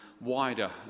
wider